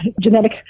genetic